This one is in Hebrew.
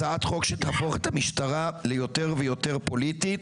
הצעת חוק שתהפוך את המשטרה ליותר ויותר פוליטית,